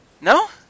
No